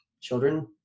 children